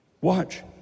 Watch